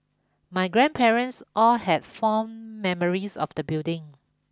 my grandparents all had fond memories of the building